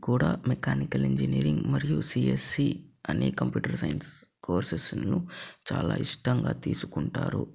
కూడా mechanical engineering మరియు CSC అనే కంప్యూటర్ సైన్స్ కోర్సెస్ను చాలా ఇష్టంగా తీసుకుంటారు